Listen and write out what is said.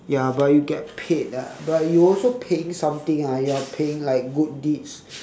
ya but you get paid ah but you also paying something ah you are paying like good deeds